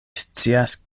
scias